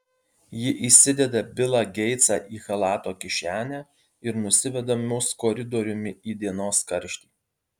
ji įsideda bilą geitsą į chalato kišenę ir nusiveda mus koridoriumi į dienos karštį